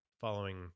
following